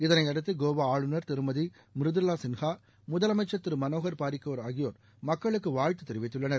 இதனை அடுத்து கோவா ஆளுநர் திருமதி மிருதுளா சின்ஹா முதலனம்சன் திரு மனோகா் பாரிக்ன் ஆகியோர் மக்களுக்கு வாழ்த்து தெரிவித்துள்ளனர்